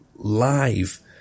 Live